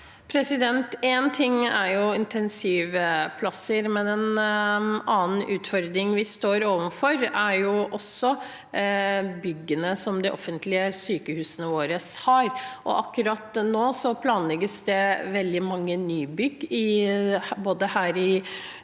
En ting er inten- sivplasser, men en annen utfordring vi står overfor, er byggene de offentlige sykehusene våre har. Akkurat nå planlegges det veldig mange nybygg både i